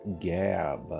Gab